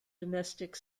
domestic